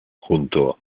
junto